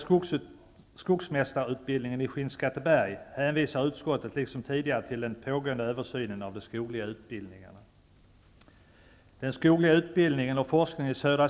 Skinnskatteberg hänvisar utskottet liksom tidigare till den pågående översynen av de skogliga utbildningarna.